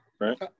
right